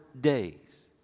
days